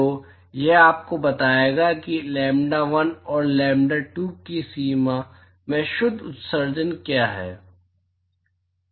तो यह आपको बताएगा कि लैम्ब्डा 1 और लैम्ब्डा 2 की सीमा में शुद्ध उत्सर्जन क्या है